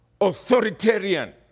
authoritarian